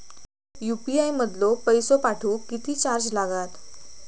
UPI मधलो पैसो पाठवुक किती चार्ज लागात?